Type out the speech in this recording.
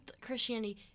Christianity